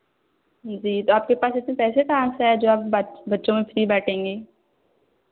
जी तो आपके पास इतने पैसे कहाँ से आए जो आप बच् बच्चों में फ़्री बाँटेंगी